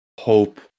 hope